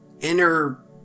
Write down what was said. inner